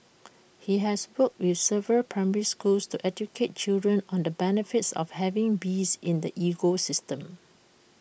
he has worked with several primary schools to educate children on the benefits of having bees in the ecosystem